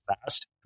fast